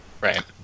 Right